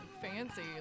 Fancy